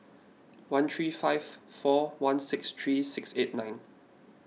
one three five four one six three six eight nine